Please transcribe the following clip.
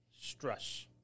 stress